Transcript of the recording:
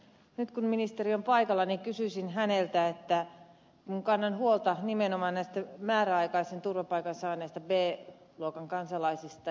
nyt kun ministeri on paikalla kysyisin häneltä kun kannan huolta nimenomaan näistä määräaikaisen turvapaikan saaneista b luokan kansalaisista